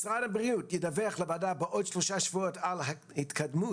5. משרד הבריאות ידווח לוועדה בעוד שלושה שבועות על התקדמות